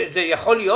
זה יכול להיות?